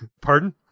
Pardon